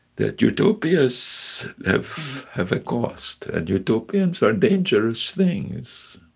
that utopias have have a cost, and utopias are dangerous things,